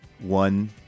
one